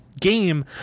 game